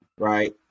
Right